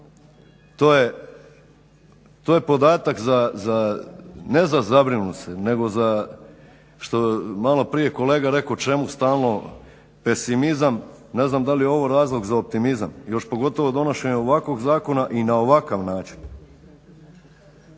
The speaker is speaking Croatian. To je podatak za, ne za zabrinuti se nego za što je maloprije kolega rekao čemu stalno pesimizam, ne znam da li je ovo razlog za optimizam? Još pogotovo donošenje ovakvog zakona i na ovakav način.